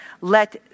Let